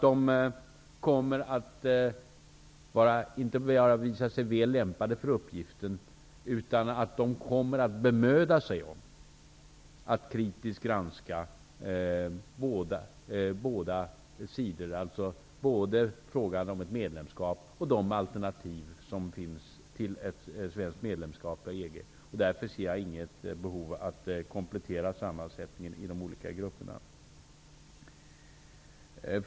De kommer inte bara att visa sig väl lämpade för uppgiften, utan de kommer också att bemöda sig om att kritiskt granska båda sidor, dvs. både frågan om ett svenskt medlemskap i EG och de alternativ som finns till det. Därför ser jag inget behov av att komplettera sammansättningen i de olika grupperna.